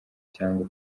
cyangwa